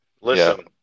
listen